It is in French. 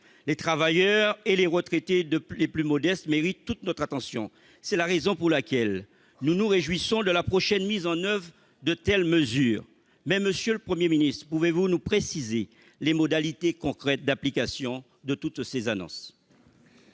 Les travailleurs et les retraités les plus modestes méritent toute notre attention. C'est la raison pour laquelle nous nous réjouissons de la prochaine mise en oeuvre de telles mesures. Toutefois, monsieur le Premier ministre, pouvez-vous nous préciser les modalités concrètes d'application de ces annonces ?